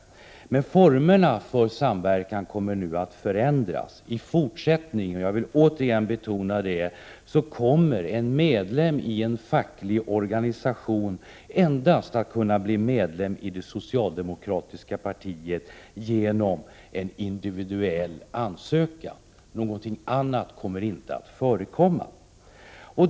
Formerna för denna samverkan kommer nu att förändras. I fortsättningen — jag vill åter betona det — kommer en medlem i en facklig organisation att kunna bli medlem i det socialdemokratiska partiet endast genom en individuell ansökan. Någonting annat kommer inte att förekomma.